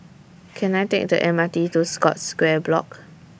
Can I Take The M R T to Scotts Square Block